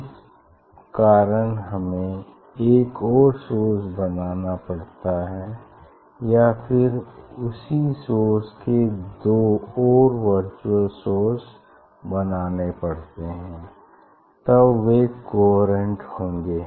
इसी कारण हमें एक और सोर्स बनाना पड़ता है या फिर उसी सोर्स के दो और वर्चुअल सोर्स बनाने पड़ते हैं तब वे कोहेरेंट होंगे